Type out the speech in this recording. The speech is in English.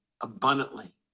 abundantly